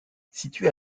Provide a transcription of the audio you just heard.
située